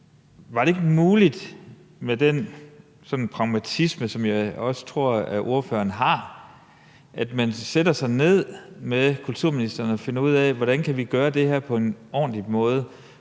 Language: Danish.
Var det ikke muligt med den pragmatisme, som jeg også tror ordføreren besidder, at sætte sig ned med kulturministeren og finde ud af, hvordan vi kan gøre det her på en ordentlig måde?